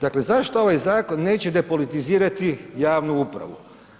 Dakle zašto ovaj zakon neće depolitizirati javnu upravu?